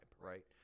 right